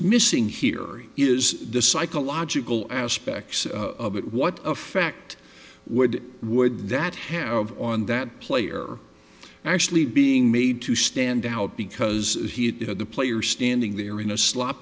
missing here is the psychological aspects of it what effect would would that have on that player actually being made to stand out because he had you know the player standing there in a sl